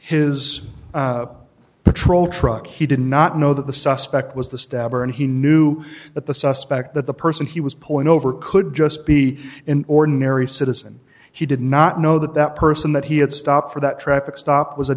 his patrol truck he did not know that the suspect was the stabber and he knew that the suspect that the person he was pulling over could just be an ordinary citizen he did not know that that person that he had stopped for that traffic stop was a